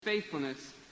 Faithfulness